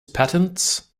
patents